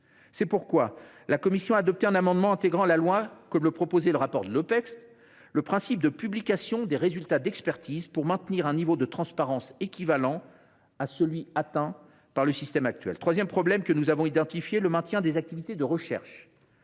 C’est pourquoi la commission a adopté un amendement tendant à intégrer au texte, comme le proposait le rapport de l’Opecst, le principe de publication des résultats d’expertise, pour maintenir un niveau de transparence équivalent à celui qui est atteint dans le système actuel. Le troisième risque que nous avons identifié concerne le maintien des activités de recherche.